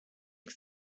its